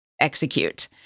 execute